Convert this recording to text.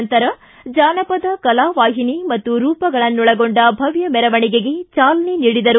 ನಂತರ ಜಾನಪದ ಕಲಾವಾಹಿನಿ ಮತ್ತು ರೂಪಗಳನ್ನೊಳಗೊಂಡ ಭವ್ಯ ಮೆರವಣಿಗೆಗೆ ಚಾಲನೆ ನೀಡಿದರು